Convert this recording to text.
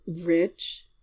rich